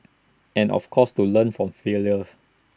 and of course to learn from failure